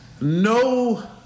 no